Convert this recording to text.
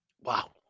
Wow